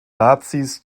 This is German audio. nazis